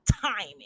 timing